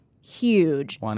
Huge